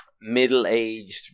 middle-aged